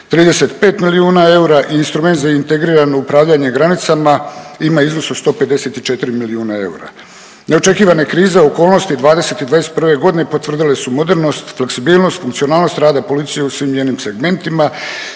35 milijuna eura i instrument za integrirano upravljanje granicama ima iznos od 154 milijuna eura. Neočekivane krize okolnosti '20. i '21. godine potvrdile su modernost i fleksibilnost, funkcionalnost rada policije u svim njenim segmentima